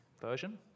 version